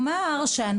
דיפרנציאליות,